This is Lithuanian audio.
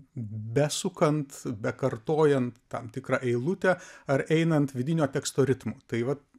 besukant bet kartojant tam tikrą eilutę ar einant vidinio teksto ritmu tai vat